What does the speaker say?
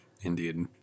indeed